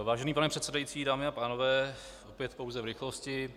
Vážený pane předsedající, dámy a pánové, opět pouze v rychlosti.